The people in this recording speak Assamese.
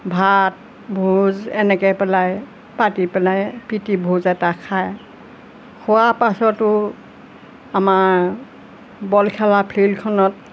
ভাত ভোজ এনেকৈ পেলাই পাতি পেলাই প্ৰীতি ভোজ এটা খায় খোৱাৰ পাছতো আমাৰ বল খেলা ফিল্ডখনত